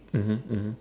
mmhmm mmhmm